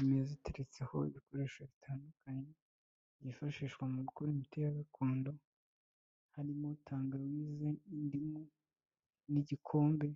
Imeza iteretseho ibikoresho bitandukanye, byifashishwa mu gukora imiti ya gakondo, harimo tangawizi, indimu n'igikombe